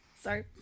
Sorry